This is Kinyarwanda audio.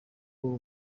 w’u